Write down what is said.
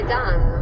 done